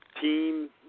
team